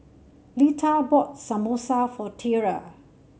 Lita bought Samosa for Tiarra